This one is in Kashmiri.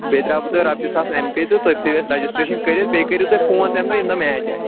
بیٚیہِ ترٛاو بہٕ تۄہہِ رۄپیہِ ساس اٮ۪م پے تہٕ تُہۍ تھٲیِو اَسہِ رَجِسٹرٛیشَن کٔرِتھ بیٚیہِ کٔرِو تُہۍ فون تَمہِ دۄہ ییٚمہِ دۄہ میچ آسہِ